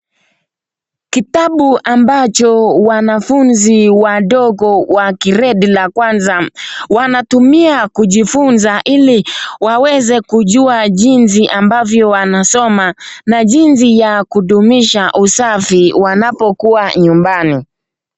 Kitabu ambacho wanafunzi wandogo wa grade la kwanza wanatumia kujifunza ili waweze kujua jinsi ambavyo wanasoma na jinsi ya kudumisha usafi wanapokuwa nyumbani.